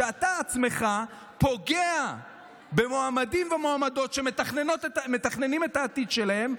שאתה עצמך פוגע במועמדים ומועמדות שמתכננים את העתיד שלהם,